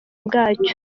bwacyo